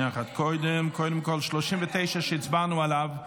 שהצבענו עליה,